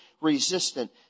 resistant